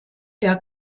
der